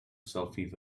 selfie